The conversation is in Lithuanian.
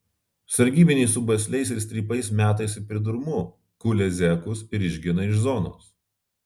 sargybiniai su basliais ir strypais metasi pridurmu kulia zekus ir išgena iš zonos